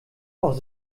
auch